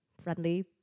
friendly